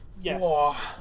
Yes